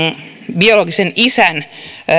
biologisen isän